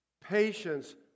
patience